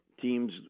teams